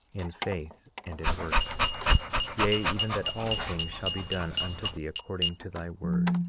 in faith and in works yea, even that all things shall be done unto thee according to thy word,